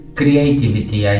creativity